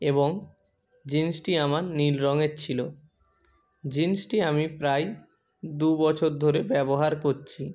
এবং জিন্সটি আমার নীল রঙের ছিলো জিন্সটি আমি প্রায় দু বছর ধরে ব্যবহার করছি